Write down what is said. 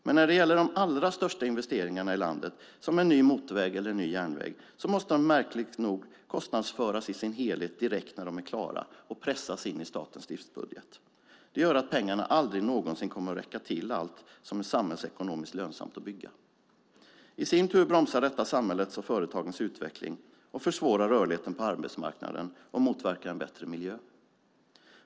Men när det gäller de allra största investeringarna i landet, som en ny motorväg eller en ny järnväg, måste de märkligt nog kostnadsföras i sin helhet direkt när de är klara och pressas in i statens driftbudget. Det gör att pengarna aldrig någonsin kommer att räcka till allt som är samhällsekonomiskt lönsamt att bygga. I sin tur bromsar detta samhällets och företagens utveckling, försvårar rörligheten på arbetsmarknaden och motverkar en bättre miljö.